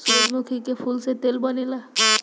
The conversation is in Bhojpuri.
सूरजमुखी के फूल से तेल बनेला